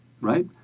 right